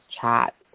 chat